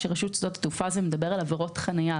כאשר ברשות שדות התעופה זה מדבר על עבירות חניה.